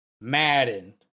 Madden